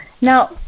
Now